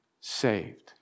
saved